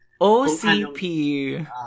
OCP